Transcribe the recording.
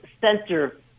center